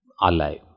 alive